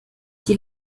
die